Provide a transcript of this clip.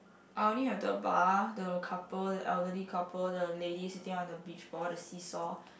I only have the bar the couple the elderly couple the lady sitting on the beach ball the seesaw